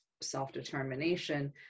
self-determination